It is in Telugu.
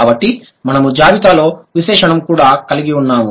కాబట్టి మనము జాబితాలో విశేషణం కూడా కలిగి ఉన్నాము